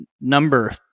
number